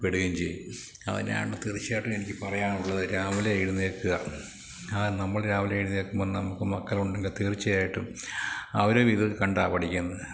പെടുകയും ചെയ്യും അതിനെയാണ് തീർച്ചയായിട്ടും എനിക്ക് പറയാനുള്ളത് രാവിലെ എഴുന്നേല്ക്കുക കാരണം നമ്മൾ രാവിലെ എഴുന്നേൽക്കുമ്പോള് നമുക്ക് മക്കളുണ്ടെങ്കില് തീർച്ചയായിട്ടും അവരും ഇത് കണ്ടാണു പഠിക്കുന്നത്